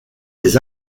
des